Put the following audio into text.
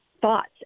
thoughts